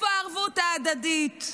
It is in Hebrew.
איפה הערבות ההדדית?